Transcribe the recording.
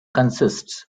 consists